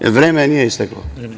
Vreme nije isteklo?